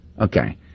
Okay